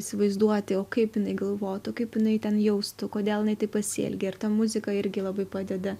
įsivaizduoti o kaip jinai galvotų kaip jinai ten jaustų kodėl jinai taip pasielgė ir ta muzika irgi labai padeda